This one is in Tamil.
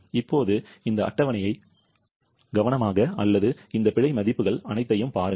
இப்போது இந்த அட்டவணையை கவனமாக அல்லது இந்த பிழை மதிப்புகள் அனைத்தையும் பாருங்கள்